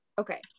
okay